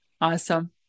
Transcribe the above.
Awesome